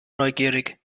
neugierig